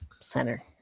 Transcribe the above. center